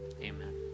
Amen